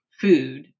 food